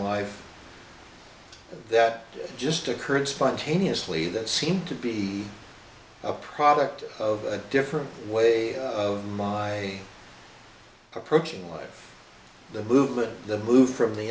life that just occurred spontaneously that seemed to be a product of a different way of my approaching the movement the move from the